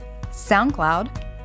SoundCloud